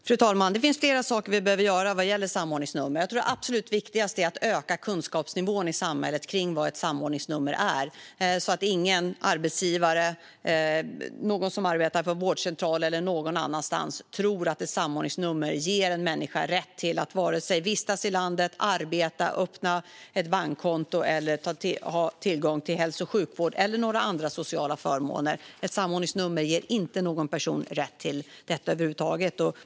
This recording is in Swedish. Fru talman! Det finns flera saker vi behöver göra vad gäller samordningsnummer. Jag tror att det absolut viktigaste är att öka kunskapsnivån i samhället om vad ett samordningsnummer är, så att ingen arbetsgivare och ingen som arbetar på vårdcentral eller någon annanstans tror att ett samordningsnummer ger en människa rätt att vistas i landet, arbeta, öppna bankkonto eller få tillgång till hälso och sjukvård eller andra sociala förmåner. Ett samordningsnummer ger ingen rätt till detta över huvud taget.